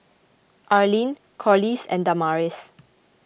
Arlyn Corliss and Damaris